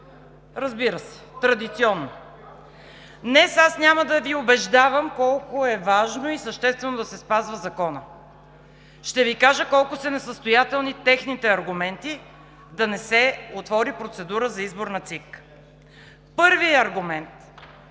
Разбира се, традиционно. Днес аз няма да Ви убеждавам колко е важно и съществено да се спазва законът. Ще Ви кажа колко са несъстоятелни техните аргументи да не се отвори процедура за избор на Централна